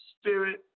spirit